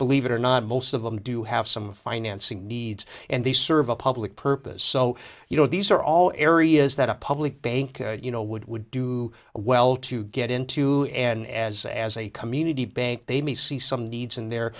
believe it or not most of them do have some financing needs and they serve a public purpose so you know these are all areas that a public bank you know would would do well to get into and as as a community bank they may see some needs in there